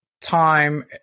time